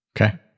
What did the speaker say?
Okay